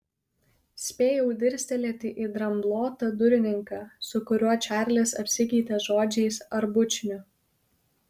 spėjau dirstelėti į dramblotą durininką su kuriuo čarlis apsikeitė žodžiais ar bučiniu